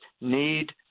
need